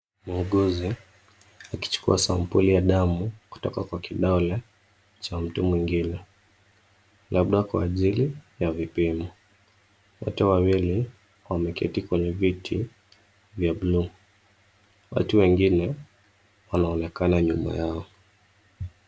Muuguzi akichukua sampuli ya damu kutoka kwa kidole cha mtu mwingine, labda kwa ajili ya vipimo. Wote wawili wameketi kwenye viti vya buluu. Watu wengine wanaonekana nyuma yao.